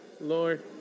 Lord